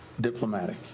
diplomatic